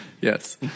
Yes